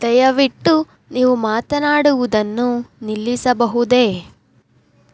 ದಯವಿಟ್ಟು ನೀವು ಮಾತನಾಡುವುದನ್ನು ನಿಲ್ಲಿಸಬಹುದೆ